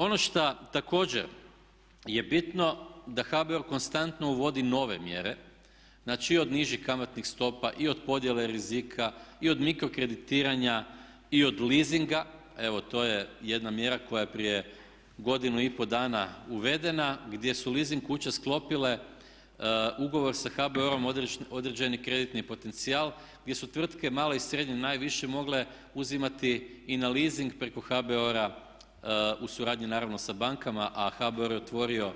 Ono šta također je bitno da HBOR konstantno uvodi nove mjere, znači od nižih kamatnih stopa, i od podjele rizika, i od mikro kreditiranja, i od leasinga evo to je jedna mjera koja je prije godinu i po dana uvedena gdje su lesasing kuće sklopile ugovor sa HBOR-om određeni kreditni potencijal gdje su tvrtke male i srednje najviše mogle uzimati i na leasing preko HBOR-a u suradnji naravno sa bankama a HBOR je otvorio